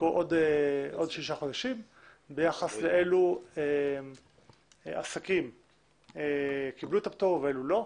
בעוד שישה חודשים לגבי אילו עסקים קיבלו את הפטור או לא.